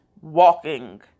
walking